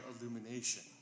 illumination